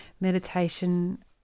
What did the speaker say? Meditation